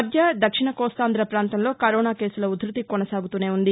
మధ్య దక్షిణ కోస్తాంధ్ర పాంతంలో కరోనా కేసుల ఉధృతి కొనసాగుతూనే ఉంది